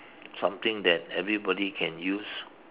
something that everybody can use